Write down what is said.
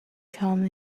come